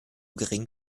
gering